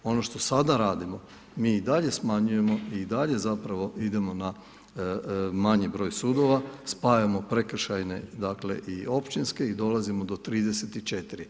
Ono što sada radimo, mi i dalje smanjujemo i dalje zapravo idemo na manji broj sudova, spajamo prekršajne, dakle i općinske i dolazimo od 34.